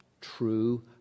true